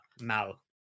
Mal